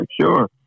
sure